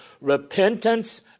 repentance